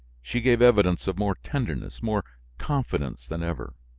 she gave evidence of more tenderness, more confidence than ever.